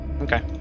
Okay